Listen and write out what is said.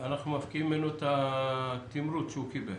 אנחנו מפקיעים ממנו את התמרוץ שהוא קיבל.